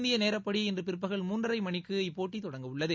இந்தியநேரப்படி இன்றுபிற்பகல் மூன்றரைமணிக்கு இப்போட்டிதொடங்கவுள்ளது